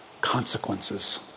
consequences